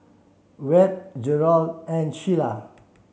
Webb Jerrold and Shelia